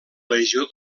legió